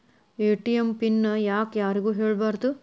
ATM PIN ಯಾಕ್ ಯಾರಿಗೂ ಹೇಳಬಾರದು?